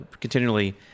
continually